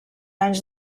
anys